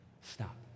stop